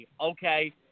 okay